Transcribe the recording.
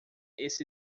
esse